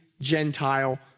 Gentile